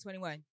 2021